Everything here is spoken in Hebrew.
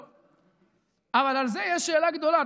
אבל על זה יש שאלה גדולה,